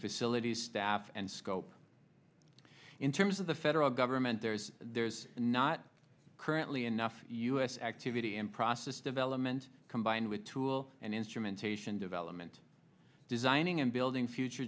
facilities staff and scope in terms of the federal government there's there's not currently enough u s activity in process development combined with tool and instrumentation development designing and building future